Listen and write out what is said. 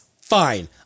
Fine